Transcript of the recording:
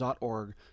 org